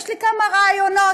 יש לי כמה רעיונות.